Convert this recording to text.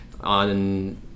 on